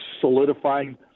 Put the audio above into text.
solidifying